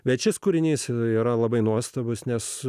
bet šis kūrinys yra labai nuostabus nes